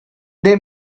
they